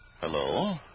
Hello